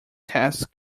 test